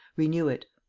renew it.